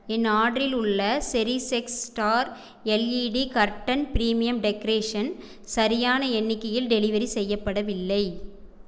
என் ஆர்டரில் உள்ள செரிசெக்ஸ் star LED curtain premium decoration சரியான எண்ணிக்கையில் டெலிவரி செய்யப்படவில்லை